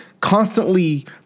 Constantly